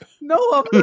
No